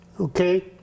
Okay